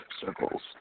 circles